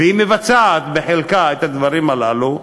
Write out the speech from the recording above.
והיא מבצעת את הדברים הללו בחלקם.